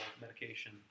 medication